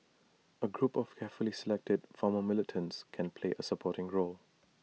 A group of carefully selected former militants can play A supporting role